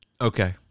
okay